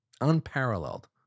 unparalleled